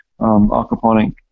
Aquaponic